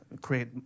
create